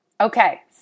Okay